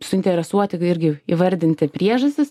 suinteresuoti irgi įvardinti priežastis